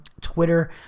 Twitter